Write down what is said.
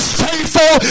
faithful